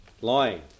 Lying